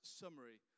summary